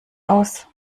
aus